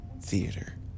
theater